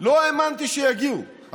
לא האמנתי שיגיעו,